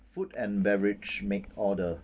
food and beverage make order